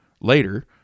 Later